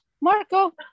Marco